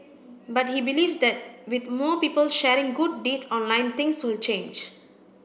but he believes that with more people sharing good deeds online things will change